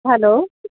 hello